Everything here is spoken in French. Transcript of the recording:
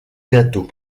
bientôt